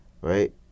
right